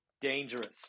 dangerous